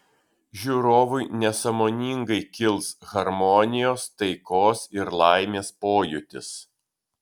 žiūrovui nesąmoningai kils harmonijos taikos ir laimės pojūtis